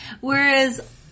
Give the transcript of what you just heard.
Whereas